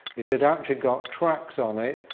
it had actually got tracks on it,